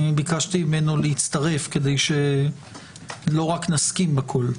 אני ביקשתי ממנו להצטרף כדי שלא רק נסכים לכול.